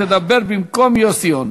תדבר במקום יוסי יונה.